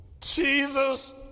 Jesus